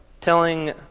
telling